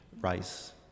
rice